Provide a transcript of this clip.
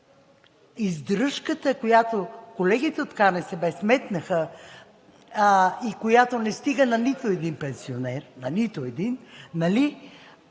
издръжката, която колегите от КНСБ сметнаха и която не стига на нито един пенсионер, на нито един, е